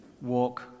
Walk